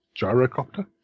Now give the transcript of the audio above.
gyrocopter